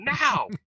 now